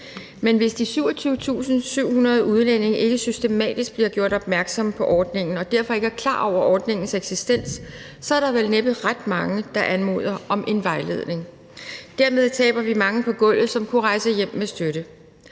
Men hvis de 27.700 udlændinge ikke systematisk bliver gjort opmærksom på ordningen og derfor ikke er klar over ordningens eksistens, er der vel næppe ret mange, der anmoder om en vejledning. Dermed taber vi mange på gulvet, som kunne rejse hjem med støtte.